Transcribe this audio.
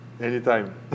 Anytime